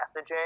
messaging